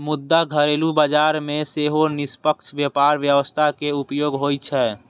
मुदा घरेलू बाजार मे सेहो निष्पक्ष व्यापार व्यवस्था के उपयोग होइ छै